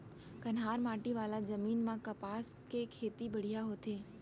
कन्हार माटी वाला जमीन म कपसा के खेती बड़िहा होथे